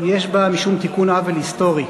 יש בה משום תיקון עוול היסטורי.